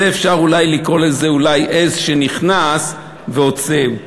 אפשר לקרוא לזה אולי עז שנכנסה והוציאו אותה,